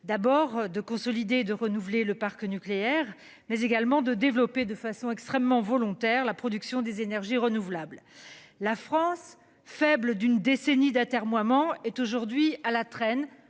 d'abord de consolider, de renouveler le parc nucléaire mais également de développer de façon extrêmement volontaire. La production des énergies renouvelables, la France faible d'une décennie d'atermoiements est aujourd'hui à la traîne